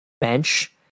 bench